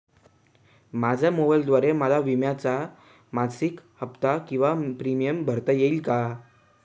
माझ्या मोबाईलद्वारे मला विम्याचा मासिक हफ्ता किंवा प्रीमियम भरता येईल का?